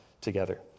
together